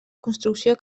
construcció